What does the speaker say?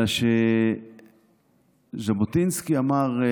אלא שז'בוטינסקי אמר,